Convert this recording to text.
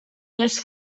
les